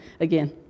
again